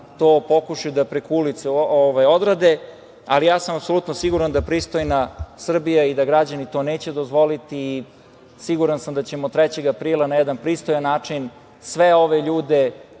da to preko ulice odrade. Ja sam apsolutno siguran da pristojna Srbija i da građani to neće dozvoliti i siguran sam da ćemo 3. aprila na jedan pristojan način sve ove ljude,